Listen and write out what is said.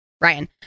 Ryan